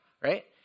right